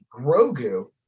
Grogu